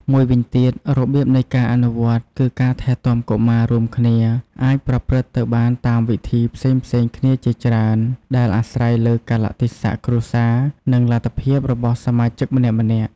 មួយវិញទៀត របៀបនៃការអនុវត្ត គឺការថែទាំកុមាររួមគ្នាអាចប្រព្រឹត្តទៅបានតាមវិធីផ្សេងៗគ្នាជាច្រើន ដែលអាស្រ័យលើកាលៈទេសៈគ្រួសារ និងលទ្ធភាពរបស់សមាជិកម្នាក់ៗ។